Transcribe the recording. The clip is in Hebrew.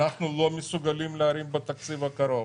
אנחנו לא מסוגלים להרים בתקציב הקרוב.